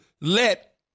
let